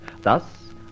Thus